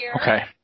Okay